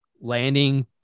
landing